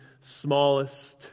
smallest